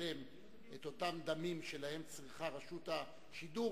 שתשלם את אותם דמים שלהם צריכה רשות השידור,